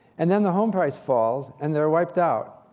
and then, the home price falls, and they're wiped out.